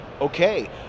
Okay